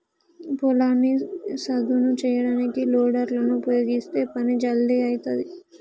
పొలాన్ని సదును చేయడానికి లోడర్ లను ఉపయీగిస్తే పని జల్దీ అయితది